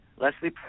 Leslie